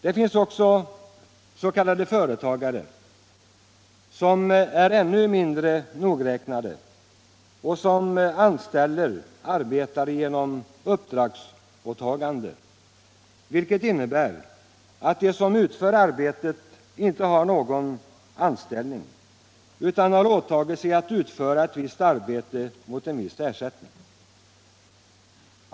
Det finns också s.k. företagare som är ännu mindre nogräknade och ”anställer” arbetare genom uppdragsåtagande, vilket innebär att de som utför arbetet inte har någon anställning utan har åtagit sig att utföra ett visst arbete mot en viss ersättning.